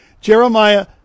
Jeremiah